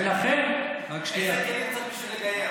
איזה כלים צריך בשביל לגייר?